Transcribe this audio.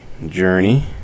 Journey